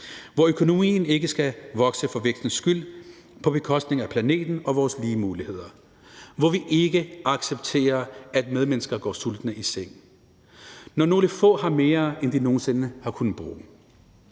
hvor økonomien ikke skal vokse for vækstens skyld på bekostning af planeten og vores lige muligheder, og hvor vi ikke accepterer, at medmennesker går sultne i seng, når nogle få har mere, end de nogen sinde har kunnet bruge.